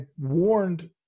warned